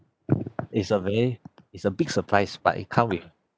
is a very is a big surprise but it come with